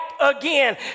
again